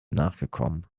nachgekommen